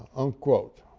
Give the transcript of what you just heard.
unquote.